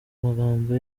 magambo